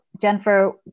Jennifer